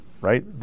right